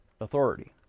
authority